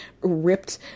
ripped